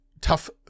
tough